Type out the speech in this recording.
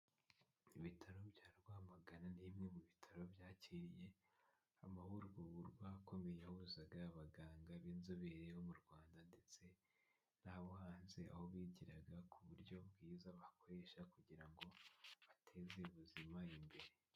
Ibitaro bya Rwamagana ni bimwe mu bitaro byakiriye amahugurwa akomeye yahuzaga abaganga b'inzobere bo mu Rwanda ndetse n'abo hanze, aho bigiraga ku buryo bwiza bakoresha kugira ngo bateze ubuzima imbere.